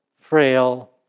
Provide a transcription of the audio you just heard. frail